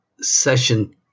session